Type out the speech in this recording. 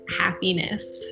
happiness